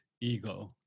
ego